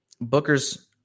Booker's